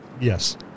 Yes